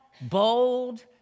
bold